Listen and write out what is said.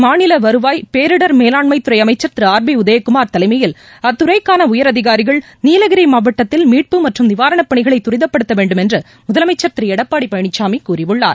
மாநில வருவாய் பேரிடர் மேலாண்மைத் துறை அமைச்சர் திரு ஆர் பி உதயக்குமார் தலைமையில் அத்துறைக்கான உயரதிகாரிகள் நீலகிரி மாவட்டத்தில் மீட்பு மற்றும் நிவாரணப் பணிகளை தரிதப்படுத்த வேண்டும் என்று முதலமைச்சர் திரு எடப்பாடி பழனிசாமி கூறியுள்ளார்